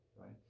right